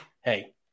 hey